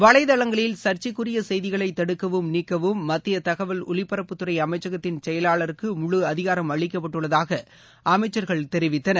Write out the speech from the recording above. வளைதளங்களில் சர்ச்சைக்குரிய செய்திகளை தடுக்கவும் நீக்கவும் மத்திய தகவல் ஒலிபரப்புத்துறை அமைச்சகத்தின் செயவாளருக்கு முழு அதிகாரம் அளிக்கப்பட்டுள்ளதாக அமைச்சர்கள் தெரிவித்தனர்